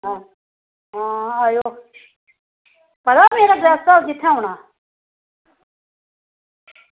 आं आवेओ पता मेरे जागतै जित्थां औना